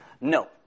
No